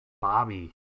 Bobby